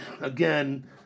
again